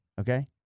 Okay